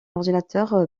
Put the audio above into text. ordinateur